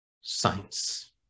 science